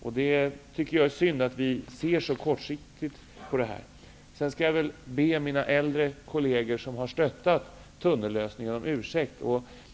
Jag tycker att det är synd att vi ser så kortsiktigt. Sedan skulle jag vilja be mina äldre kolleger som har stöttat tunnellösningen om ursäkt.